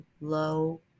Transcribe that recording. low